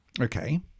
Okay